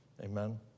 Amen